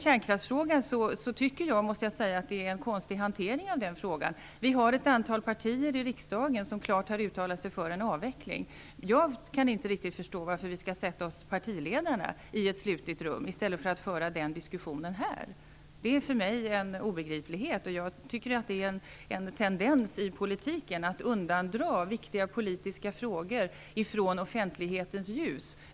Kärnkraftsfrågan tycker jag att ni hanterar konstigt. Vi har ett antal partier i riksdagen som klart har uttalat sig för en avveckling. Jag kan inte förstå varför partiledarna skall sätta sig i ett slutet rum i stället för att föra den diskussionen här. Det är obegripligt för mig, och jag tycker mig se en tendens i politiken att undandra viktiga politiska frågor från offentlighetens ljus.